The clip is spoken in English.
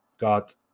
got